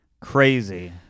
Crazy